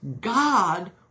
God